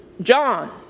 John